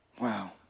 Wow